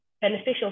beneficial